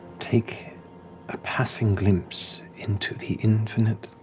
take a passing glimpse into the infinite